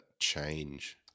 change